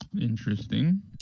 Interesting